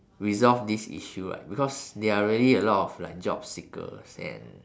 resolve this issue like because there are really a lot of job seekers and